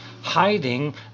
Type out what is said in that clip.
hiding